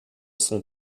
son